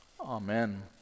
Amen